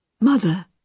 Mother